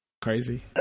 crazy